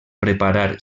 preparar